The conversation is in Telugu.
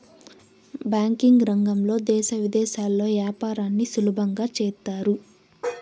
బ్యాంకింగ్ రంగంలో దేశ విదేశాల్లో యాపారాన్ని సులభంగా చేత్తారు